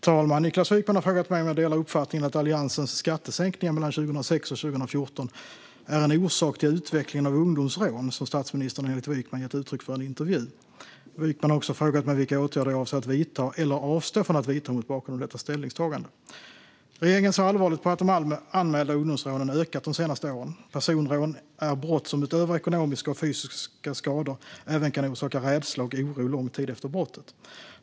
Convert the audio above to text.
Herr talman! har frågat mig om jag delar uppfattningen att Alliansens skattesänkningar mellan 2006 och 2014 är en orsak till utvecklingen av ungdomsrån, som statsministern enligt Wykman gett uttryck för i en intervju. Wykman har också frågat mig vilka åtgärder jag avser att vidta eller avstå från att vidta mot bakgrund av detta ställningstagande. Regeringen ser allvarligt på att de anmälda ungdomsrånen ökat de senaste åren. Personrån är brott som utöver ekonomiska och fysiska skador även kan orsaka rädsla och oro lång tid efter brottet.